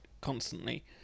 constantly